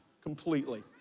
completely